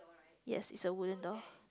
yes it's a wooden door